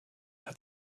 hat